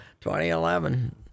2011